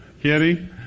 Kenny